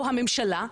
או הממשלה,